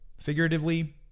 Figuratively